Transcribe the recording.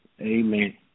Amen